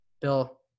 Bill